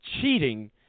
cheating